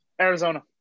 Arizona